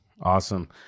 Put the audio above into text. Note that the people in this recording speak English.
awesome